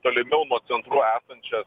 tolimiau nuo centrų esančias